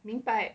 明白